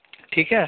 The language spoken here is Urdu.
ٹھیک ہے